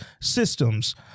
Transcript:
systems